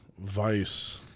vice